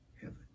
heaven